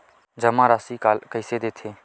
जमा राशि ला कइसे देखथे?